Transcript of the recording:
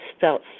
felt